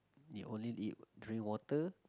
you only eat drink water